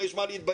יש מה להתבייש?